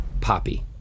Poppy